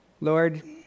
Lord